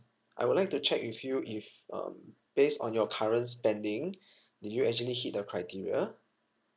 I would like to check with you if um based on your current spending did you actually hit the criteria